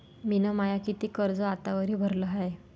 मिन माय कितीक कर्ज आतावरी भरलं हाय?